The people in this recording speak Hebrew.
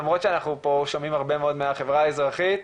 למרות שאנחנו פה שומעים הרבה מאוד מהחברה האזרחית.